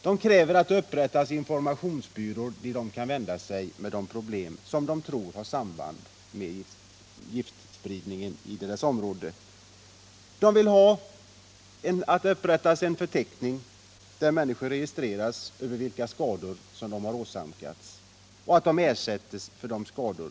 De kräver att det upprättas informationsbyråer dit de kan vända sig med sådana problem som de tror har samband med giftspridningen i området. De vill ha en förteckning över de skador som människor har åsamkats, och de kräver ersättning för dessa skador.